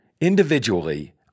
Individually